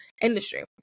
industry